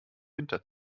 winter